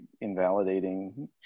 invalidating